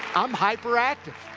i'm hyperactive.